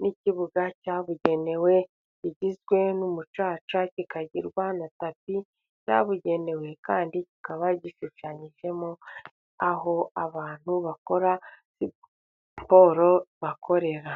n'ikibuga cyabugenewe, kigizwe n'umucaca kikagirwa na tapi byabugenewe, kandi kikaba gishushanyijemo aho abantu bakora siporo bakorera.